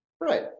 right